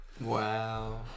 Wow